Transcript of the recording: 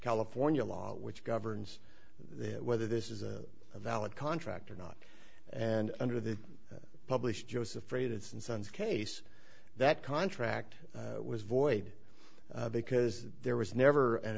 california law which governs the whether this is a valid contract or not and under the published joseph rated and sons case that contract was void because there was never an